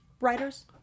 writers